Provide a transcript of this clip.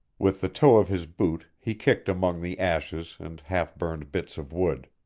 with the toe of his boot he kicked among the ashes and half-burned bits of wood.